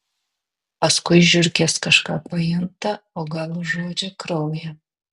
paskui žiurkės kažką pajunta o gal užuodžia kraują